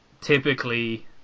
typically